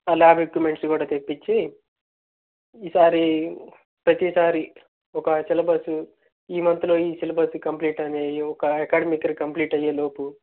ఆ lab equipments కూడా తెప్పించి ఈసారి ప్రతీసారి ఒక సిలబసు ఈ మంత్లో ఈ సిలబసు కంప్లీట్ అని ఒక అకాడమిక్ ఇయర్ కంప్లీట్ అయ్యేలోపు